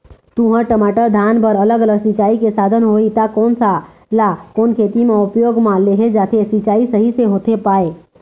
तुंहर, टमाटर, धान बर अलग अलग सिचाई के साधन होही ता कोन सा ला कोन खेती मा उपयोग मा लेहे जाथे, सिचाई सही से होथे पाए?